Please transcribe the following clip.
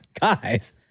Guys